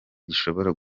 gishobora